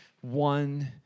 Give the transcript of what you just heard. one